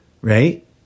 right